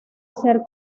ser